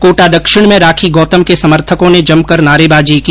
कोटा दक्षिण में राखी गोतम के समर्थकों ने जमकर नारेबाजी की